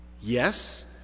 yes